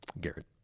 Garrett